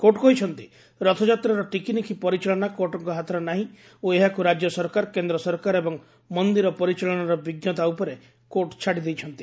court କହିଛନ୍ତି ରଥଯାତ୍ରାର ଟିକିନିଖି ପରିଚାଳନା କୋର୍ଟଙ୍କ ହାତରେ ନାହିଁ ଓ ଏହାକୁ ରାଜ୍ୟ ସରକାର କେନ୍ଦ୍ର ସରକାର ଏବଂ ମନ୍ଦିର ପରିଚାଳନାର ବିଜ୍ଞତା ଉପରେ କୋର୍ଟ ଛାଡ଼ିଦେଇଛନ୍ତି